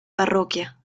parroquia